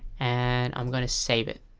and i'm gonna save it